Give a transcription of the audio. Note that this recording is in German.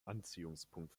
anziehungspunkt